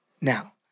Now